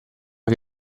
che